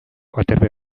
aterpe